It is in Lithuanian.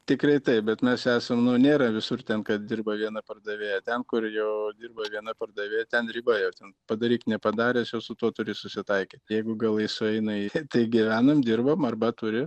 tikrai taip bet mes esam nu nėra visur ten kad dirba viena pardavėja ten kur jo dirba viena pardavėja ten riba jau ten padaryk nepadaręs jau su tuo turi susitaikyt jeigu galai sueina į tai gyvenam dirbam arba turi